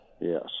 Yes